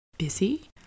busy